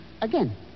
again